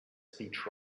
speech